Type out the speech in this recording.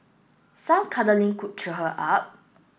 some cuddling could cheer her up